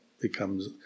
becomes